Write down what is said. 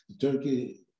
Turkey